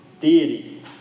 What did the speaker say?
deity